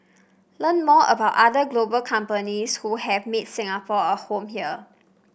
learn more about other global companies who have made Singapore a home here